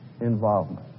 involvement